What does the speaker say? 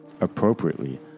appropriately